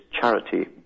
charity